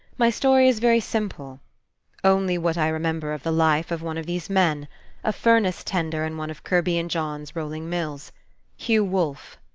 my story is very simple only what i remember of the life of one of these men a furnace-tender in one of kirby and john's rolling-mills hugh wolfe.